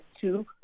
two